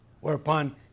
whereupon